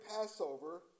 Passover